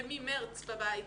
הם ממרץ בבית,